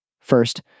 First